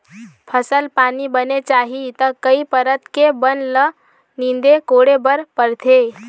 फसल पानी बने चाही त कई परत के बन ल नींदे कोड़े बर परथे